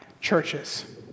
churches